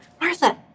Martha